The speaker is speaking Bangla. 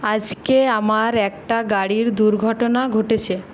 আজকে আমার একটা গাড়ির দুর্ঘটনা ঘটেছে